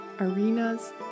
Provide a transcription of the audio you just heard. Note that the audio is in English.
arenas